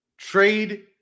Trade